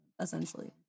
essentially